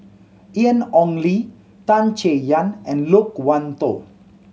Ian Ong Li Tan Chay Yan and Loke Wan Tho